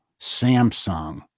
Samsung